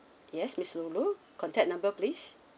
yes miss lu lu contact number please